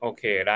Okay